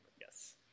Yes